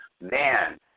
man